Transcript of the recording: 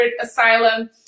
asylum